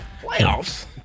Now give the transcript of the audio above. Playoffs